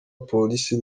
umupolisi